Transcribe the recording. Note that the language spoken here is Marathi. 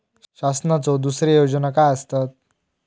शासनाचो दुसरे योजना काय आसतत?